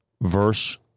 verse